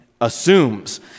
assumes